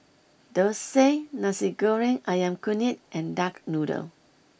Thosai Nasi Goreng Ayam Kunyit and Duck Noodle